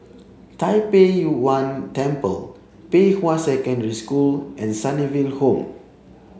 Tai Pei Yuen Temple Pei Hwa Secondary School and Sunnyville Home